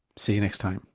see you next time